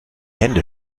hände